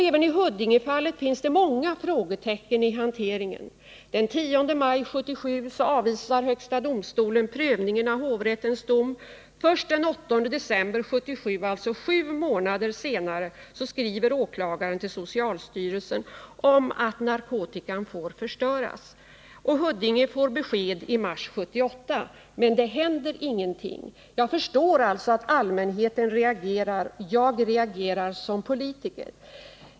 Även i Huddingefallet finns det många frågetecken i hanteringen. Den 10 maj 1977 avvisade högsta domstolen prövningen av hovrättens dom. Först den 8 december 1977, alltså sju månader senare, skriver åklagaren till socialstyrelsen om att narkotikan får förstöras. Huddinge polisdistrikt får i mars 1978 besked att narkotikan får förstöras, men det händer ingenting. Jag förstår att allmänheten reagerar. Jag reagerar som politiker.